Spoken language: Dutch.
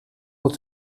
het